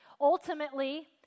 Ultimately